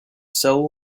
soul